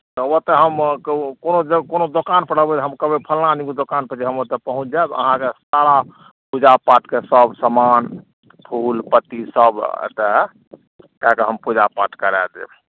तऽ ओतए हम कोनो जे कोनो दोकानपर रहबै हम कहबै फल्लाँ आदमीके दोकानपर जे हम ओतए पहुँचि जाएब अहाँके सारा पूजा पाठके सब समान फूल पत्ती सब एतए कै के हम पूजा पाठ करै देब